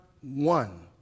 one